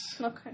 Okay